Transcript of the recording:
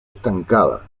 estancada